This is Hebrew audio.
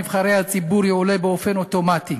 כי אין זה ראוי ששכר נבחרי הציבור יועלה באופן אוטומטי